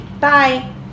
Bye